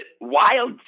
wild